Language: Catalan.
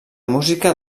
música